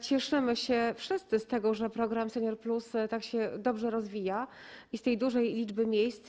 Cieszymy się wszyscy z tego, że program „Senior+” tak dobrze się rozwija, i z tej dużej liczby miejsc.